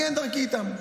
אני אין דרכי איתם,